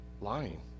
lying